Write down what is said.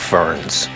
Ferns